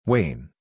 Wayne